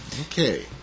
Okay